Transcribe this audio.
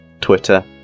Twitter